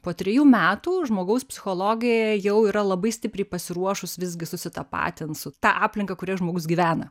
po trejų metų žmogaus psichologija jau yra labai stipriai pasiruošus visgi susitapatint su ta aplinka kurioj žmogus gyvena